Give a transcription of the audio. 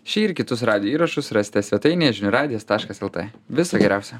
šį ir kitus radijo įrašus rasite svetainėje žinių radijas taškas lt viso geriausio